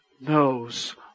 Knows